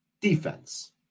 defense